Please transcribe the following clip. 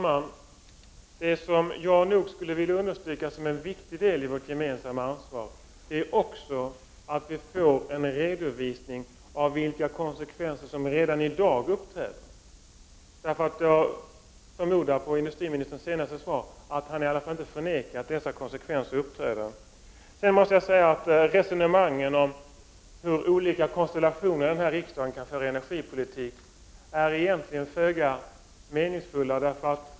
Herr talman! Vad jag skulle vilja understryka som en viktig del i vårt gemensamma ansvar är att vi också får en redovisning av vilka konsekvenser som redan i dag uppträder. Jag förmodar, på grundval av industriministerns senaste svar, att han i alla fall inte förnekar att dessa konsekvenser uppträder. Sedan måste jag säga att resonemangen om hur olika konstellationer här i riksdagen kan föra energipolitik är föga meningsfulla.